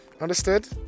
Understood